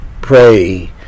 pray